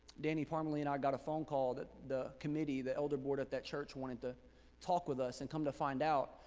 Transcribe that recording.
danny parmalee and i got a phone call that the committee, the elder board at that church wanted to talk with us and come to find out,